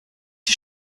die